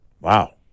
Wow